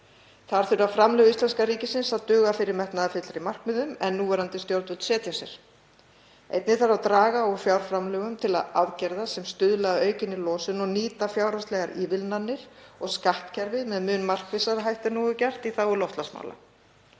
Þar þurfa framlög íslenska ríkisins að duga fyrir metnaðarfyllri markmiðum en núverandi stjórnvöld setja sér. Einnig þarf að draga úr fjárframlögum til aðgerða sem stuðla að aukinni losun og nýta fjárhagslegar ívilnanir og skattkerfið með mun markvissari hætti en nú er gert í þágu loftslagsmála.